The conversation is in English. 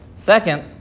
Second